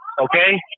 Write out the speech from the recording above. okay